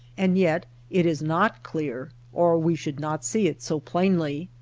and yet it is not clear or we should not see it so plainly,